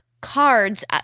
cards